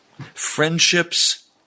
friendships